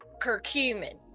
curcumin